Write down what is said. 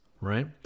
right